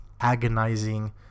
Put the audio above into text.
agonizing